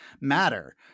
matter